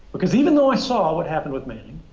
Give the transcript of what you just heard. because, even though i saw what happened with manning,